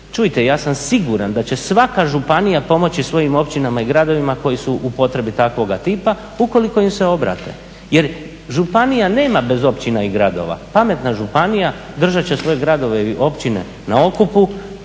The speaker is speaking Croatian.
čujte, ja sam siguran da će svaka županija pomoći svojim općinama i gradovima koji su u potrebi takvoga tipa, ukoliko im se obrate. Jer županija nema bez općina i gradova, pametna županija držat će svoje gradove i općine na okupu,